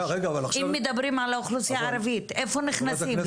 אם מדברים על האוכלוסייה הערבית, איפה נכנסים?